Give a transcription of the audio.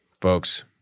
folks